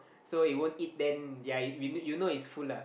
so it won't eat then ya we you you know it's full lah